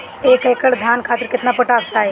एक एकड़ धान खातिर केतना पोटाश चाही?